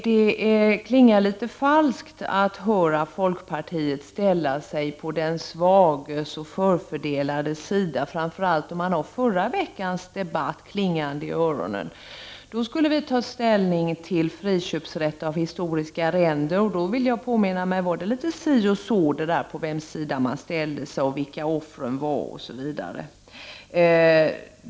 Det klingar litet falskt att höra folkpartiet ställa sig på de svagas och förfördelades sida, framför allt om man har förra veckans debatt ringande i öronen. Debatten handlade om friköpsrätt av historiska arrenden, och jag vill påminna mig att det var litet si och så med på vems sida man skulle ställa sig, vilka offren var osv.